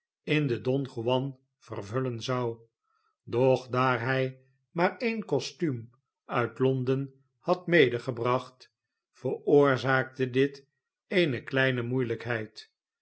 in den don juan vervullen zou doch daar htj maar een kostuum uit londen had medegebracht veroorzaakte dit eene kleine moeielijkheid